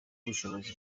ubushobozi